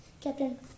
Captain